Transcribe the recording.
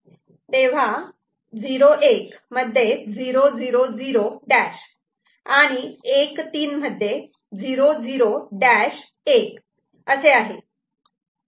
तेव्हा 0 1 मध्ये 0 0 0 डॅश आणि 1 3 मध्ये 0 0 डॅश 1 असे आहे